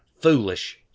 foolish